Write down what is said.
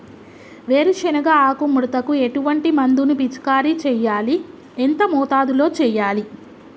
వేరుశెనగ ఆకు ముడతకు ఎటువంటి మందును పిచికారీ చెయ్యాలి? ఎంత మోతాదులో చెయ్యాలి?